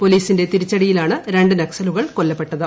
പൊലീസിന്റെ തിരിച്ചടിയിലാണ് രണ്ട് നക്സലുകൾ കൊല്ലപ്പെട്ടത്